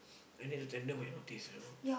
I need to tender my notice you know